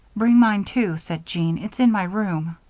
bring mine, too, said jean it's in my room.